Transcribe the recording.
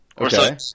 Okay